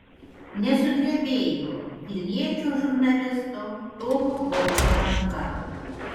nesudrebėjo vilniečio žurnalisto tomo gaubio ranka